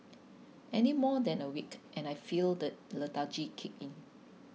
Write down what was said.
any more than a week and I feel the lethargy kick in